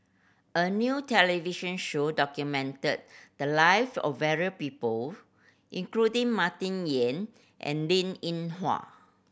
a new television show documented the live of variou people including Martin Yan and Linn In Hua